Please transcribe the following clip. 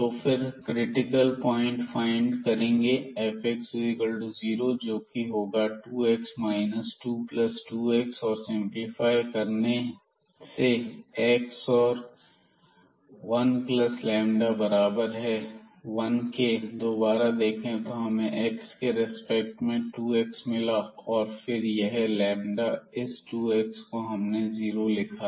तो हम critical point find करेंगे fx0 जोकि होगा 2 x 22 x और सिंपलीफाई करने से x और 1λ बराबर है 1 के दोबारा देखें तो हमें एक्स के रिस्पेक्ट में 2x मिला और फिर यह इस 2x को हमने जीरो लिखा